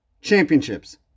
championships